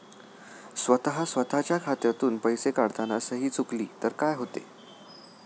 स्वतः स्वतःच्या खात्यातून पैसे काढताना सही चुकली तर काय होते?